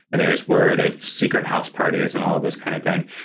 but there is word of secret house parties and all of this kind of thing.